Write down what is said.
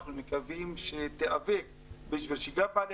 אנחנו מקווים שתיאבק כדי שגם בעלי